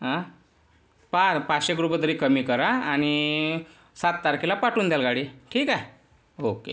आं पहा पाचशेएक रुपये तरी कमी करा आणि सात तारखेला पाठवून द्याल गाडी ठीक आहे ओके